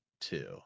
two